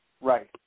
Right